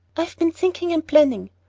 i've been thinking and planning.